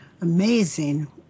amazing